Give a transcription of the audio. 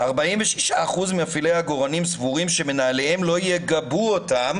46% ממפעלים העגורנים סבורים שמנהליהם לא יגבו אותם